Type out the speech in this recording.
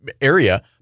area